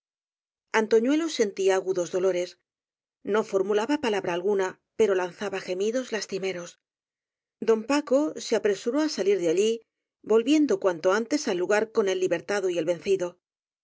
botín antoñuelo sentía agudos dolores no formulaba palabra alguna pero lanzaba gemidos lastimeros don paco se apresuró á salir de allí volviendo cuanto antes al lugar con el libertado y el vencido